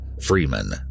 Freeman